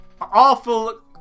Awful